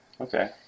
okay